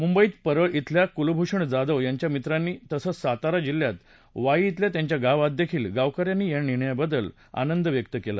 मुंबईत परळ शेल्या कुलभूषण जाधव यांच्या मित्रांनी तसंच सातारा जिल्ह्यात वाई श्रेल्या त्यांच्या गावात देखील गावक यांनी या निर्णयाबद्दल आनंद व्यक्त केला